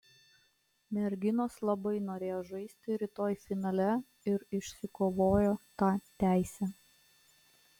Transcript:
merginos labai norėjo žaisti rytoj finale ir išsikovojo tą teisę